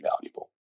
valuable